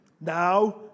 Now